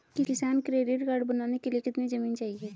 किसान credit card बनाने के लिए कितनी जमीन चाहिए?